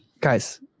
guys